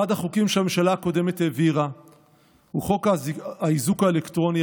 אחד החוקים שהממשלה הקודמת העבירה הוא חוק האיזוק האלקטרוני,